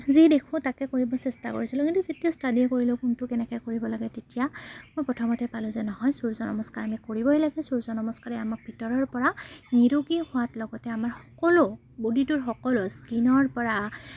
যি দেখোঁ তাকে কৰিব চেষ্টা কৰিছিলোঁ কিন্তু যেতিয়া ষ্টাডি কৰিলোঁ কোনটো কেনেকৈ কৰিব লাগে তেতিয়া মই প্ৰথমতে পালোঁ যে নহয় সূৰ্য নমস্কাৰ আমি কৰিবই লাগে সূৰ্য নমস্কাৰে আমাৰ ভিতৰৰপৰা নিৰোগী হোৱাত লগতে আমাৰ সকলো বডিটোৰ সকলো স্কিনৰপৰা